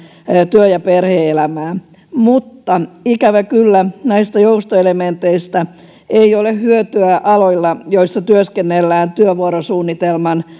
työ ja perhe elämää mutta ikävä kyllä näistä joustoelementeistä ei ole hyötyä aloilla joilla työskennellään työvuorosuunnitelman